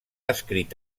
escrit